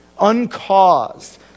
uncaused